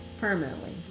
Permanently